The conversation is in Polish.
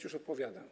Już odpowiadam.